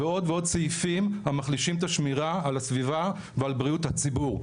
ועוד ועוד סעיפים המחלישים את השמירה על הסביבה ועל בריאות הציבור.